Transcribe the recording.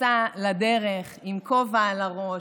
יצא לדרך עם כובע על הראש,